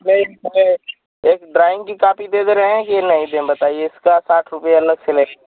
drawing है एक drawing की कापी दे दे रहे हैं दे नहीं दें बताइये उसका साठ रुपये अलग से लगेगा बताइये